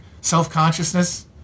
self-consciousness